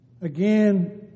Again